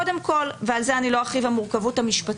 קודם כול ועל זה אני לא ארחיב, המורכבות המשפטית.